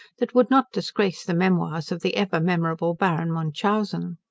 that would not disgrace the memoirs of the ever-memorable baron munchausen.